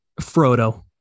Frodo